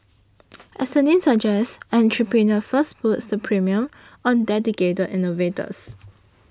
as the name suggests Entrepreneur First puts the premium on dedicated innovators